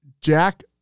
Jack